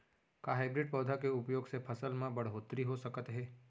का हाइब्रिड पौधा के उपयोग से फसल म बढ़होत्तरी हो सकत हे?